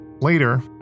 Later